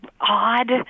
odd